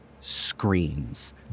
screens